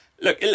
look